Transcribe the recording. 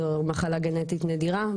זו מחלה גנטית נדירה.